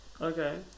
Okay